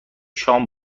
شام